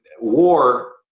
war